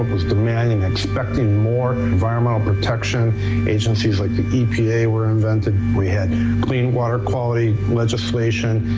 was demanding and expecting more environmental protection agencies like the epa were invented. we had clean water quality legislation,